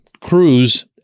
Cruz